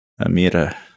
amira